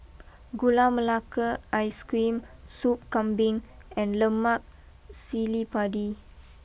Gula Melaka Ice cream Soup Kambing and Lemak Cili Padi